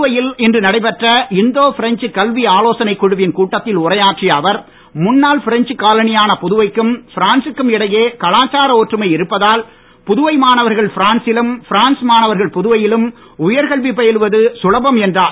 புதுவையில் இன்று நடைபெற்ற இந்தோ பிரெஞ்ச் கல்வி ஆலோசனைக் குழுவின் கூட்டத்தில் உரையாற்றிய அவர் முன்னாள் பிரெஞ்ச் காலனியான புதுவைக்கும் பிரான்சு க்கும் இடையே கலாச்சார ஒற்றுமை இருப்பதால் புதுவை மாணவர்கள் பிரான்சிலும் பிரான்ஸ் மாணவர்கள் புதுவையிலும் உயர் கல்வி பயிலுவது சுலபம் என்றார்